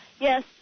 Yes